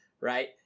right